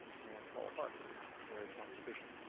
can fall apart where it's not sufficient,